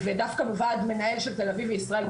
ודווקא בוועד מנהל של תל אביב וישראל,